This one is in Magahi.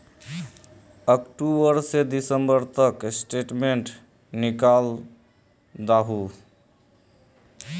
अक्टूबर से दिसंबर तक की स्टेटमेंट निकल दाहू?